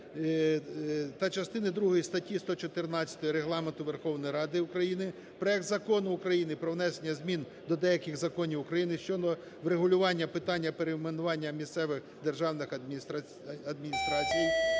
та частини другої статті 114 Регламенту Верховної Ради України, проект Закону України про внесення змін до деяких законів України щодо врегулювання питання перейменування місцевих державних адміністрацій,